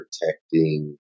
protecting